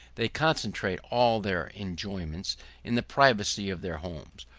they concentrate all their enjoyments in the privacy of their homes,